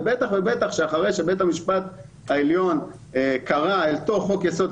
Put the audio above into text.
ודאי לאחר שבית המשפט העליון קרא אל תוך חוק-יסוד: